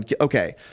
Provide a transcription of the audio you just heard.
okay